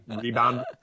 rebound